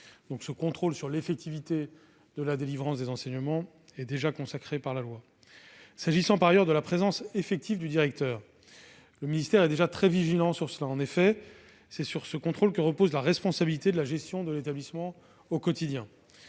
Le contrôle de l'effectivité de la délivrance des enseignements est donc déjà consacré par la loi. Pour ce qui concerne la présence effective du directeur, le ministère est déjà très vigilant. En effet, c'est sur ce contrôle que repose la responsabilité de la gestion de l'établissement au quotidien.